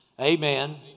Amen